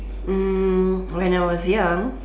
when I was young